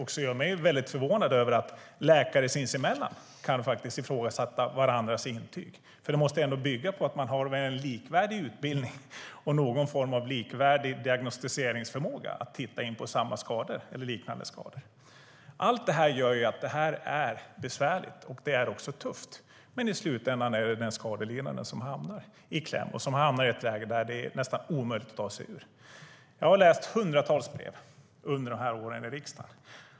Det gör mig väldigt förvånad att läkare sinsemellan kan ifrågasätta varandras intyg. De måste bygga ha en likvärdig utbildning och någon form av likvärdig diagnostiseringsförmåga när det gäller titta på samma skada eller liknande skador. Allt det här gör att det är besvärligt. Det är också tufft. Men i slutändan är det den skadelidande som hamnar i kläm och i ett läge som det nästan är omöjligt att ta sig ur. Jag har läst hundratals brev under åren i riksdagen.